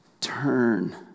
turn